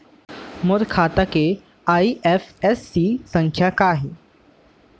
मोर खाता के आई.एफ.एस.सी संख्या का हे?